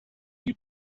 you